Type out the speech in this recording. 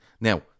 Now